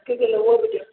अधि किलो उहो बि ॾियो